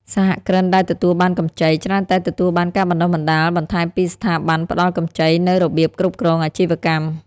សហគ្រិនដែលទទួលបានកម្ចី ច្រើនតែទទួលបានការបណ្ដុះបណ្ដាលបន្ថែមពីស្ថាប័នផ្ដល់កម្ចីនូវរបៀបគ្រប់គ្រងអាជីវកម្ម។